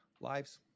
lives